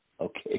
Okay